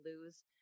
lose